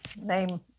name